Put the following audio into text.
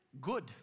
good